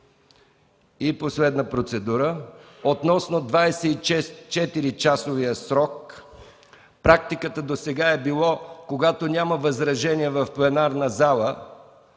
Последна процедура – относно 24-часовия срок. Практиката досега е била, че когато няма възражение в пленарната зала,